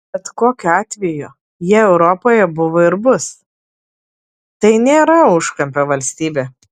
bet kokiu atveju jie europoje buvo ir bus tai nėra užkampio valstybė